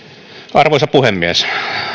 arvoisa puhemies